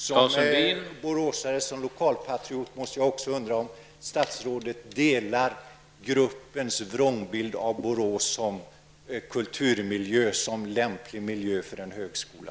Herr talman! Som boråsare och som lokalpatriot undrar jag också om statsrådet instämmer i gruppens vrångbild av Borås som kulturmiljö och som lämplig miljö för en högskola.